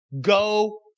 Go